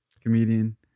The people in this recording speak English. Comedian